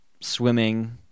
swimming